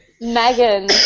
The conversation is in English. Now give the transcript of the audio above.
Megan